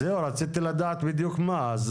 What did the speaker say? אז זהו, רציתי לדעת בדיוק מה.